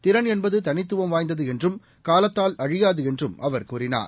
திறன் என்பதுதனித்துவம் வாய்ந்ததுஎன்றும் காலத்தால் அழியாதுஎன்றும் அவர் கூறினார்